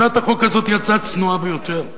הצעת החוק הזו היא הצעה צנועה ביותר.